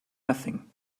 nothing